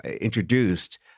introduced